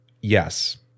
yes